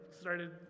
started